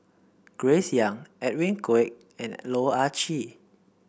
Grace Young Edwin Koek and Loh Ah Chee